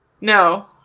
No